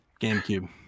GameCube